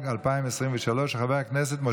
של חבר הכנסת יעקב